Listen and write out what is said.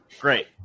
Great